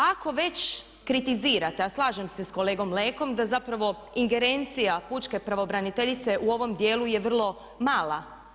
Ako već kritizirate, a slažem se s kolegom Lekom da zapravo ingerencija pučke pravobraniteljice u ovom djelu je vrlo mala.